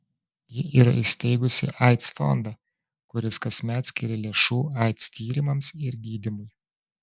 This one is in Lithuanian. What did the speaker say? ji yra įsteigusi aids fondą kuris kasmet skiria lėšų aids tyrimams ir gydymui